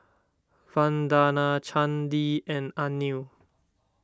Vandana Chandi and Anil